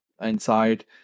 inside